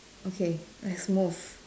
okay let's move